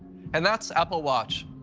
and that's apple watch.